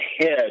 ahead